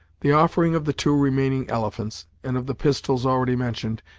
the offering of the two remaining elephants, and of the pistols already mentioned,